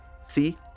See